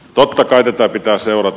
totta kai tätä pitää seurata